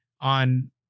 on